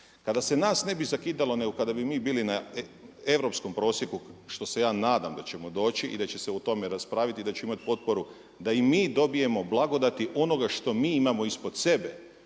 kada se nas ne bi zakidalo nego kada bi mi bili na europskom prosjeku što se ja nadam da ćemo doći i da će se o tome raspraviti i da će imati potporu da i mi dobijemo blagodati onoga što mi imamo ispod sebe